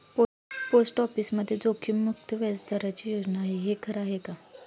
Post ऑफिसमध्ये जोखीममुक्त व्याजदराची योजना आहे, हे खरं आहे का?